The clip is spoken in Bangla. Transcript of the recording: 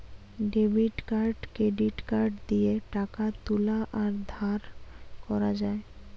ডেবিট কার্ড ক্রেডিট কার্ড দিয়ে টাকা তুলা আর ধার করা যায়